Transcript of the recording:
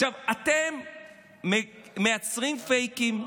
עכשיו, אתם מייצרים פייקים,